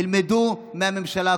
תלמדו מהממשלה הקודמת,